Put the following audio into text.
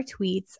tweets